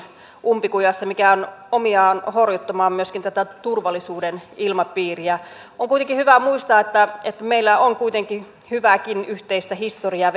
umpikujassa mikä on omiaan horjuttamaan myöskin turvallisuuden ilmapiiriä on kuitenkin hyvä muistaa että meillä on hyvääkin yhteistä historiaa